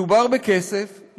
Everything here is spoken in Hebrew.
מדובר בכסף,